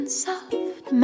soft